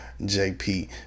JP